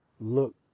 look